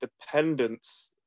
dependence